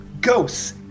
ghosts